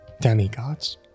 demigods